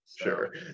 Sure